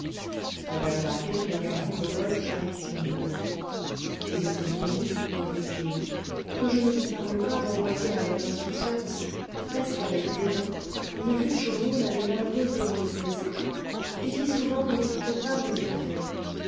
mme d'harville regarda rodolphe avec étonnement et vous comprenez reprit-il que je ne vous parle pas d'envoyer avec insouciance presque avec dédain une riche aumône à des malheureux que vous ne connaissez pas et qui souvent ne méritent pas vos bienfaits